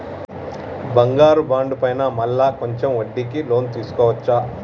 బంగారు బాండు పైన మళ్ళా కొంచెం వడ్డీకి లోన్ తీసుకోవచ్చా?